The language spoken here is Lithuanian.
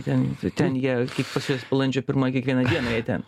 ten ten jie kiek pas juos balandžio pirma kiekvieną dieną jie ten